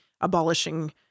abolishing